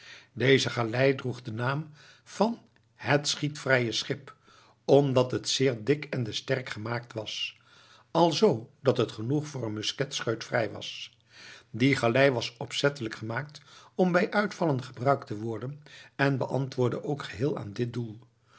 deze galei droeg den naam van het schietvrije schip omdat het seer dick ende sterck gemaeckt was also dat het genoech voor een musquetscheut vrij was die galei was opzettelijk gemaakt om bij uitvallen gebruikt te worden en beantwoordde ook geheel aan dit doel